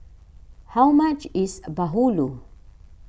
how much is Bahulu